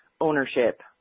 ownership